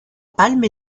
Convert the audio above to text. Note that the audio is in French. palme